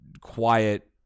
quiet